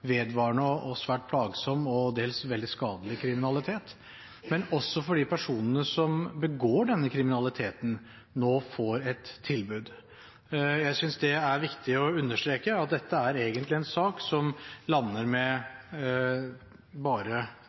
vedvarende, svært plagsom og dels veldig skadelig kriminalitet, men også fordi personene som begår denne kriminaliteten, nå får et tilbud. Jeg synes det er viktig å understreke at dette egentlig er en sak som lander med bare